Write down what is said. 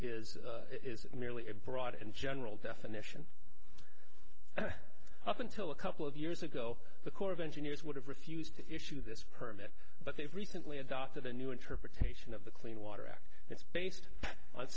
is is merely a broad and general definition and up until a couple of years ago the corps of engineers would have refused to issue this permit but they've recently adopted a new interpretation of the clean water act it's based on